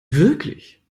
wirklich